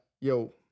yo